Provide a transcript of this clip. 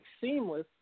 seamless